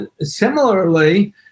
similarly